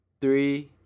three